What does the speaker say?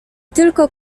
tylko